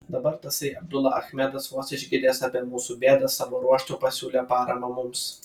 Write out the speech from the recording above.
dabar tasai abdula achmedas vos išgirdęs apie mūsų bėdą savo ruožtu pasiūlė paramą mums